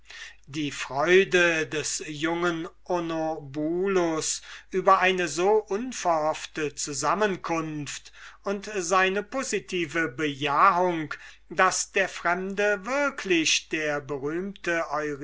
die freude des jungen onobulus über eine so unverhoffte zusammenkunft und seine positive bejahung daß der fremde wirklich der berühmte